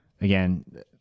again